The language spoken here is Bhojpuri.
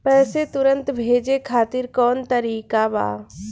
पैसे तुरंत भेजे खातिर कौन तरीका बा?